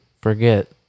forget